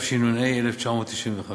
התשנ"ה 1995,